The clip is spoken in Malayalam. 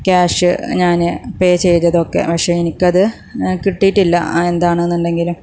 ക്യാഷ് ഞാൻ പേ ചെയ്തതൊക്കെ പക്ഷെ എനിക്കത് കിട്ടിയിട്ടില്ല എന്താണെന്നുണ്ടെങ്കിലും